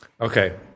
Okay